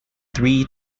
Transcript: three